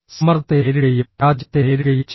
സമ്മർദ്ദത്തെ നേരിടുകയും പരാജയത്തെ നേരിടുകയും ചെയ്യുക